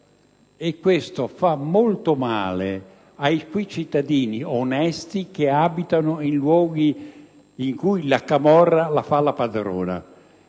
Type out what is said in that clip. ciò fa molto male a quei cittadini onesti che abitano in luoghi in cui la camorra la fa da padrona.